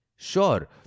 Sure